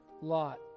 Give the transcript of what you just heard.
Lot